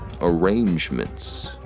arrangements